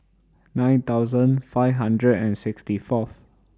nine thousand five hundred and sixty Fourth